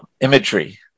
imagery